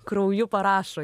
krauju parašo